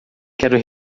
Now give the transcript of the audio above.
quero